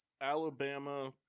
Alabama